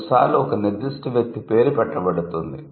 కొన్నిసార్లు ఒక నిర్దిష్ట వ్యక్తి పేరు పెట్టబడుతుంది